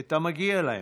את המגיע להם,